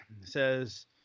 says